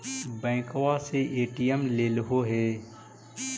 बैंकवा से ए.टी.एम लेलहो है?